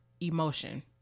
emotion